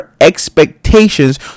expectations